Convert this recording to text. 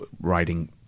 writing